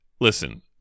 Listen